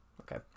okay